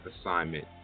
assignment